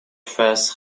phase